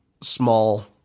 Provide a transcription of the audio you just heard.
small